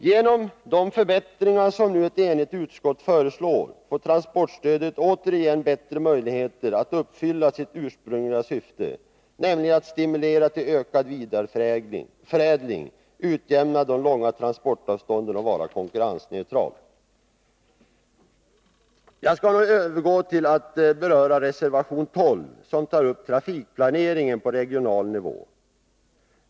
Genom de förbättringar som ett enigt utskott nu föreslår får transportstödet återigen bättre möjligheter att uppfylla sitt ursprungliga syfte, nämligen att stimulera till ökad vidareförädling, utjämna de långa transportavstånden och vara konkurrensneutralt. Jag skall nu övergå till att beröra reservation 12, som tar upp trafikplaneringen på regional nivå.